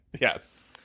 Yes